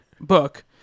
book